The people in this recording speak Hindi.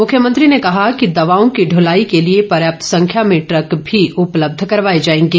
मुख्यमंत्री ने कहा कि दवाओं की दुलाई के लिए पर्याप्त संख्या में ट्रक भी उपलब्ध करवाए जाएंगे